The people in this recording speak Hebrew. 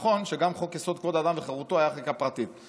נכון שגם חוק-יסוד: כבוד האדם וחירותו היה בחקיקה פרטית,